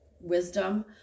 wisdom